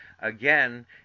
again